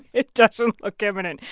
it doesn't look imminent.